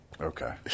Okay